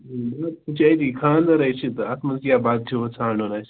ہَے نہَ تِم چھِ أتی خانٛدَر ہَے چھُ تہٕ اَتھ منٛز کیٛاہ بَتہٕ چھُ وۅنۍ ژھانٛڈُن اَسہِ